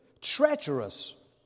treacherous